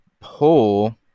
pull